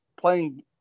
playing